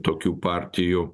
tokių partijų